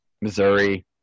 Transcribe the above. Missouri